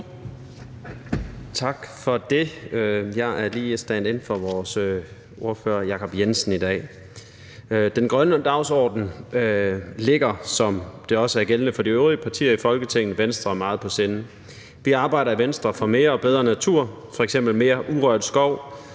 Tak for det. Jeg er lige standin for vores ordfører, Jacob Jensen, i dag. Den grønne dagsorden ligger, som det også er gældende for de øvrige partier i Folketinget, Venstre meget på sinde. Vi arbejder i Venstre for mere og bedre natur, f.eks. mere urørt skov,